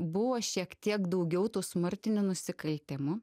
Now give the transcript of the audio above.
buvo šiek tiek daugiau tų smurtinių nusikaltimų